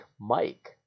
Mike